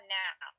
now